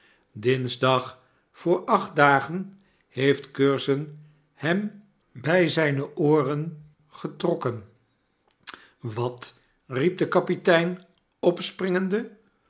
dinsdag voor acht dagen heeft curzon hem bij zijne ooren getrokken wat riep de kapitein opspringende